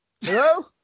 hello